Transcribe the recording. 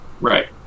Right